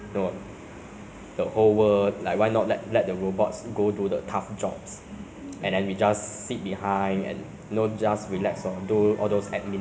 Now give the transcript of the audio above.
就是一直在进步 mah so we need to relax a bit lah then whatever tough jobs that you know is like very danger we let the robots to do lah